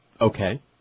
Okay